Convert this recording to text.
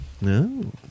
No